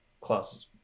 classes